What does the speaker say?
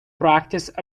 practice